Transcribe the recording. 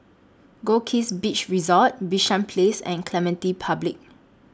Goldkist Beach Resort Bishan Place and Clementi Public